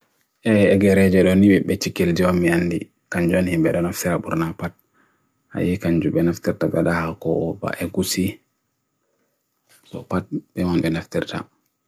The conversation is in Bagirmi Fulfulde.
Giraffe ɓe heɓi hokkita e loowdi njoɗi, fowru hokkita ko hayre. Loowdi ɓe njahi tawa e ɓe heɓi puccu, e ɓe ngorti puccu taali saare hayre.